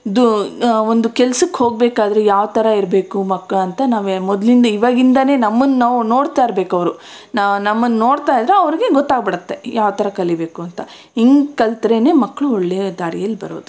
ಇದು ಒಂದು ಕೆಲ್ಸಕ್ಕೆ ಹೋಗ್ಬೇಕಾದ್ರೆ ಯಾವ ಥರ ಇರಬೇಕು ಮಕ್ಕ್ಳು ಅಂತ ನಾವು ಮೊದಲಿಂದ ಇವಾಗಿಂದಾನೇ ನಮ್ಮನ್ನ ನಾವು ನೋಡ್ತಾ ಇರಬೇಕು ಅವರು ನಮ್ಮನ್ನು ನೋಡ್ತಾ ಇದ್ದರೆ ಅವ್ರಿಗೆ ಗೊತ್ತಾಗ್ಬಿಡುತ್ತೆ ಯಾವ ಥರ ಕಲೀಬೇಕು ಅಂತ ಹಿಂಗ್ ಕಲ್ತ್ರೇನೆ ಮಕ್ಕಳು ಒಳ್ಳೆಯ ದಾರಿಯಲ್ಲಿ ಬರೋದು